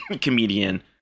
comedian